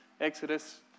Exodus